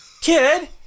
kid